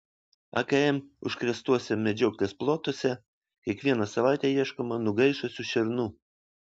akm užkrėstuose medžioklės plotuose kiekvieną savaitę ieškoma nugaišusių šernų